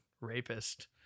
rapist